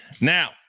Now